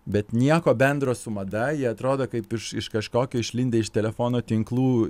bet nieko bendro su mada jie atrodo kaip iš iš kažkokio išlindę iš telefono tinklų